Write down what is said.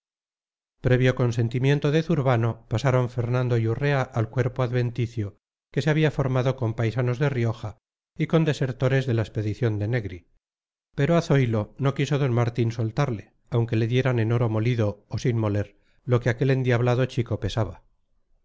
previo consentimiento de zurbano pasaron fernando y urrea al cuerpo adventicio que se había formado con paisanos de rioja y con desertores de la expedición de negri pero a zoilo no quiso d martín soltarle aunque le dieran en oro molido o sin moler lo que aquel endiablado chico pesaba